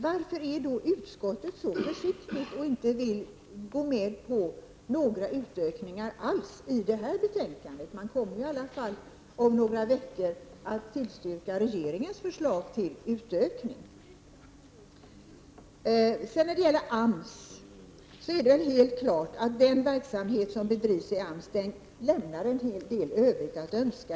Varför är då utskottet så försiktigt och varför vill det inte gå med på några utökningar alls i det här betänkandet? Om några veckor kommer man ju i alla fall att tillstyrka regeringens förslag till utökning. När det gäller AMS så är det väl helt klart att verksamheten inom AMS lämnar en hel del övrigt att önska.